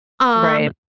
Right